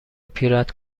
پیرت